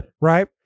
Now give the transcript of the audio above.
right